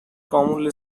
commonly